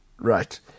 right